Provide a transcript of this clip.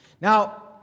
Now